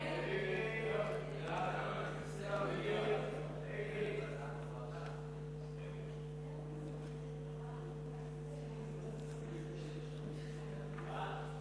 ההסתייגות לחלופין של קבוצת סיעת יהדות התורה וקבוצת סיעת ש"ס